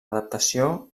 adaptació